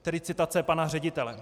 Tedy citace pana ředitele: